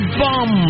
bum